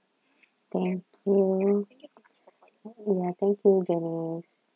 thank you ya thank you janice